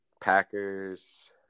Packers